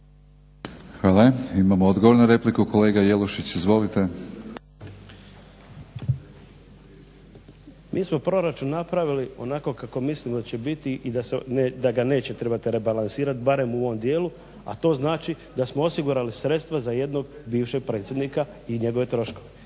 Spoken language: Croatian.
Hvala. Imamo odgovor na repliku kolega Jelušić. Izvolite. **Jelušić, Ivo (SDP)** Mi smo proračun napravili onako kako mislimo da će biti i da ga neće trebati rebalansirati barem u ovom dijelu, a to znači da smo osigurali sredstva za jednog bivšeg predsjednika i njegove troškove